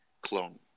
clone